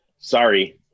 Sorry